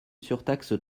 surtaxe